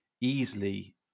easily